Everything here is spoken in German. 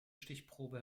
stichprobe